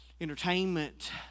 entertainment